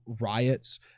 riots